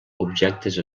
objectes